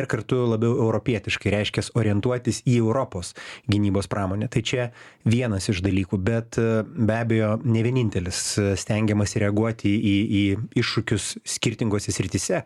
ir kartu labiau europietiškai reiškias orientuotis į europos gynybos pramonę tai čia vienas iš dalykų bet be abejo ne vienintelis stengiamasi reaguoti į į iššūkius skirtingose srityse